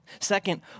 Second